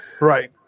right